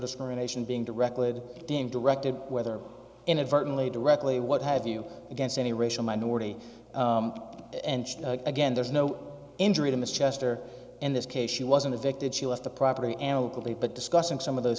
discrimination being directed damn directed whether inadvertently directly what have you against any racial minority and again there's no injury to miss chester in this case she wasn't affected she left the property amicably but discussing some of those